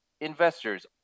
investors